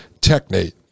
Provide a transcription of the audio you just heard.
technate